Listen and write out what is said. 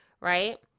right